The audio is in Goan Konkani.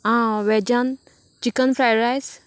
आं वेजांत चिकन फ्रायड रायस